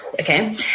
okay